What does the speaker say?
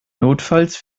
notfalls